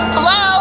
Hello